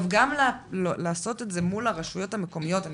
גם לעשות את זה מול הרשויות המקומיות אני